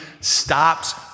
stops